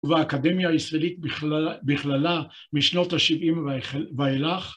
‫ובאקדמיה הישראלית בכללה ‫משנות ה-70 ואילך.